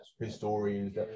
historians